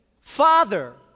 Father